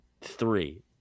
three